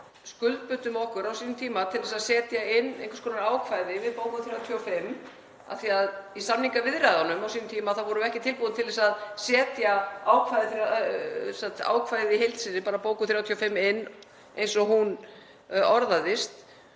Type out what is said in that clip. skuldbundum okkur á sínum tíma til að setja inn einhvers konar ákvæði við bókun 35 af því að í samningaviðræðunum á sínum tíma vorum við ekki tilbúin til að setja ákvæðið inn í heild sinni, bókun 35 eins og hún orðaðist.